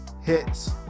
hits